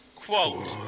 Quote